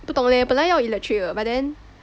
不懂嘞本来要 electric but then